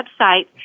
website